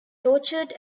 tortured